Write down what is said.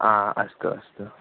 आ अस्तु अस्तु